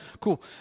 Cool